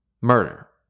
Murder